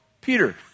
Peter